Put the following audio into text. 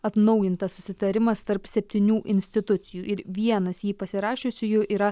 atnaujintas susitarimas tarp septynių institucijų ir vienas jį pasirašiusiųjų yra